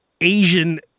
Asian